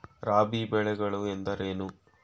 ರಾಬಿ ಬೆಳೆಗಳು ಎಂದರೇನು?